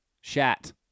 shat